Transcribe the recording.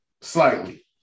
Slightly